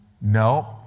No